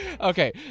Okay